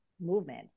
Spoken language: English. movement